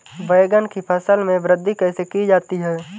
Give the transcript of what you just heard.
बैंगन की फसल में वृद्धि कैसे की जाती है?